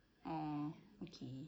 oh okay